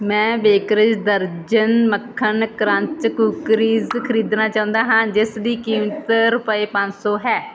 ਮੈਂ ਬੇਕਰਜ਼ ਦਰਜਨ ਮੱਖਣ ਕਰੰਚ ਕੂਕਰੀਜ਼ ਖਰੀਦਣਾ ਚਾਹੁੰਦਾ ਹਾਂ ਜਿਸ ਦੀ ਕੀਮਤ ਰੁਪਏ ਪੰਜ ਸੌ ਹੈ